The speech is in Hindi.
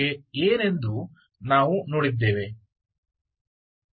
जब p is 0 या pशून्य है या दोनों शून्य होगा